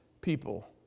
people